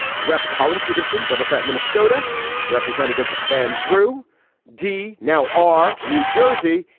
rep. collin peterson, democrat, minnesota representative van drue d now r, new jersey,